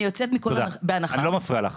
אני לא מפריע לך.